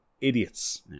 idiots